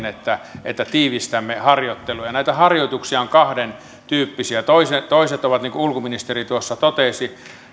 että että tiivistämme harjoittelua näitä harjoituksia on kahdentyyppisiä toiset toiset ovat niin kuin ulkoministeri tuossa totesi